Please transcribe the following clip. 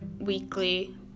weekly